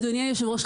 אדוני יושב הראש,